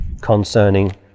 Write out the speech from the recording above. concerning